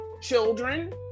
children